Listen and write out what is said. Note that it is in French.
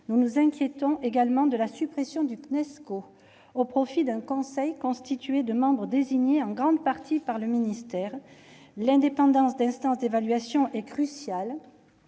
Nous nous inquiétons également de la suppression du Cnesco au profit d'un conseil constitué de membres désignés en grande partie par le ministère. L'indépendance des instances d'évaluation est cruciale,